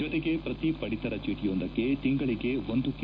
ಜತೆಗೆ ಪ್ರತೀ ಪಡಿತರ ಚೀಟಿಯೊಂದಕ್ಕೆ ತಿಂಗಳಿಗೆ ಒಂದು ಕೆ